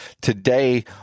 Today